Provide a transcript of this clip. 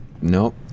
Nope